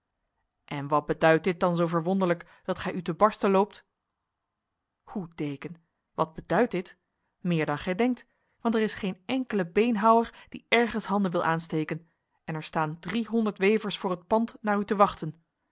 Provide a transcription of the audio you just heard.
en wat beduidt dit dan zo verwonderlijk dat gij u te barsten loopt hoe deken wat beduidt dit meer dan gij denkt want er is geen enkele beenhouwer die ergens handen wil aansteken en er staan driehonderd wevers voor het pand naar u te wachten